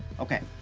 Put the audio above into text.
okay.